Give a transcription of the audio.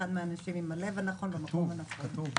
אחד מהאנשים עם הלב הנכון במקום הנכון.